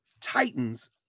titans